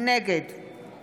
נגד